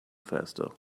faster